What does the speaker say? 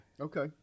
Okay